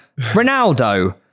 Ronaldo